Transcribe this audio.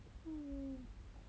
um